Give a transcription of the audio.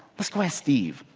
let's go ask steve.